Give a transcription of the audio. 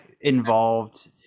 involved